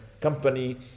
company